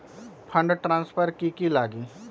Fund transfer कि की लगी?